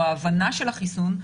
או ההבנה של החיסון,